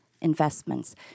investments